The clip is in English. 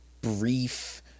brief